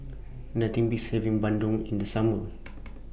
Nothing Beats having Bandung in The Summer